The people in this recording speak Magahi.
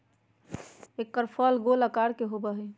एकर फल गोल आकार के होबा हई